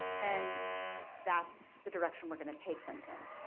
and that's the direction we're gonna take them in.